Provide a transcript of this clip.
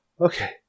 okay